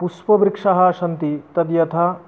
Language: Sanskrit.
पुष्पवृक्षाः सन्ति तद् यथा